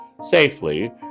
safely